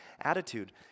attitude